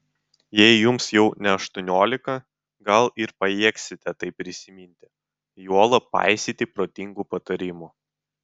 jei jums jau ne aštuoniolika gal ir pajėgsite tai prisiminti juolab paisyti protingų patarimų